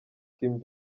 kim